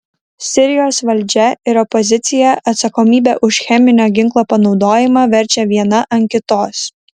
sirijos valdžia ir opozicija atsakomybę už cheminio ginklo panaudojimą verčia viena ant kitos